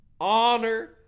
honor